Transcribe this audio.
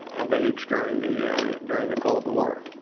of age during the during the cold war.